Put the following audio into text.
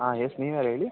ಹಾಂ ಎಸ್ ನೀವ್ಯಾರು ಹೇಳಿ